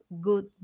Good